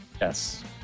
yes